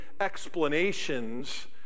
explanations